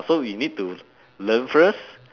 so we need to learn first